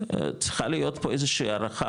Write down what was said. צריכה להיות פה איזושהי הערכה,